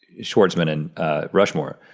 schwartzman in rushmore,